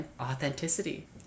authenticity